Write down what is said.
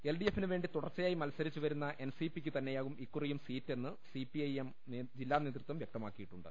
L ഡിഎഫിനു വേണ്ടി തുടർച്ചയായി മൽസരിച്ചു വരുന്ന എൻ സി പി ക്കു തന്നെയാകും ഇക്കുറിയും സീറ്റെന്ന് സി പി എം ജില്ലാ നേതൃത്വം വ്യക്തമാക്കിയിട്ടുണ്ട്